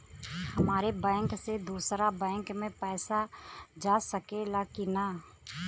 हमारे बैंक से दूसरा बैंक में पैसा जा सकेला की ना?